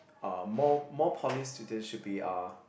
uh more more poly students should be uh